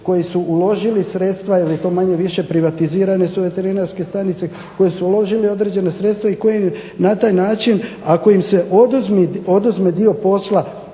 koji su uložili sredstva jer je to manje više privatizirane su veterinarske stanice koji su uložili određena sredstva i koji na taj način ako im se oduzme dio posla